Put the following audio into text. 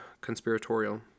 conspiratorial